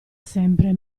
sempre